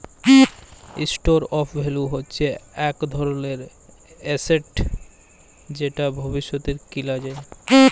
store of value হচ্যে ইক ধরলের এসেট যেট ভবিষ্যতে কিলা যায়